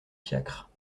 fiacre